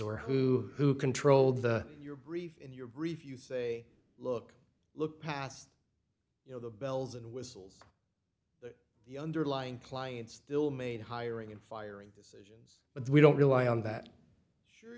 or who who controlled the your brief in your brief you say look look past you know the bells and whistles that the underlying client still made hiring and firing decisions but we don't rely on that sure